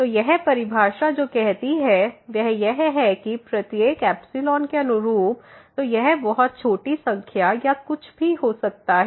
तो यह परिभाषा जो कहती है वह यह है कि प्रत्येक के अनुरूप तो यह बहुत छोटी संख्या या कुछ भी हो सकता है